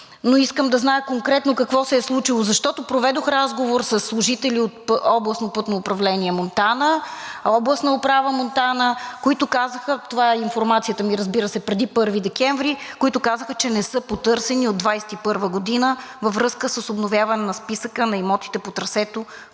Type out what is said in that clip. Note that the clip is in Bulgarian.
но искам да зная конкретно какво се е случило. Защото проведох разговор със служители от Областно пътно управление – Монтана, Областна управа – Монтана, това е информацията ми, разбира се, преди 1 декември 2022 г., те казаха, че не са потърсени от 2021 г. във връзка с обновяване на списъка на имотите по трасето,